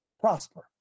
Prosper